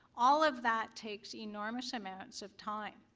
all of that takes enormous amounts of time.